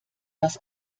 das